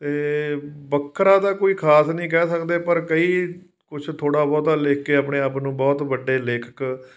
ਅਤੇ ਵੱਖਰਾ ਤਾਂ ਕੋਈ ਖਾਸ ਨਹੀਂ ਕਹਿ ਸਕਦੇ ਪਰ ਕਈ ਕੁਝ ਥੋੜ੍ਹਾ ਬਹੁਤਾ ਲਿਖ ਕੇ ਆਪਣੇ ਆਪ ਨੂੰ ਬਹੁਤ ਵੱਡੇ ਲੇਖਕ